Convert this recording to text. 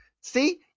See